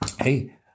Hey